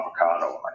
avocado